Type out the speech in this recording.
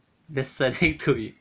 listening to it